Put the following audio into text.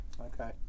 Okay